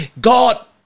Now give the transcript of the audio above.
God